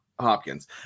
Hopkins